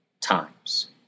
times